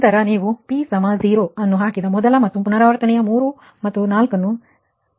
ನಂತರ ನೀವು p 0 ಅನ್ನು ಹಾಕಿದ ಮೊದಲ ಮತ್ತು ಪುನರಾವರ್ತನೆಯ 3 ಮತ್ತು 4 ಅನ್ನು ಸಮೀಕರಣವನ್ನು ಪರಿಹರಿಸುತ್ತೀರಿ